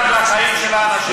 תדאג לחיים של האנשים.